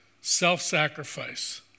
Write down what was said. self-sacrifice